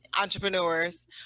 entrepreneurs